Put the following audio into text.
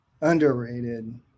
Underrated